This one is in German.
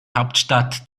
hauptstadt